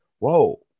Whoa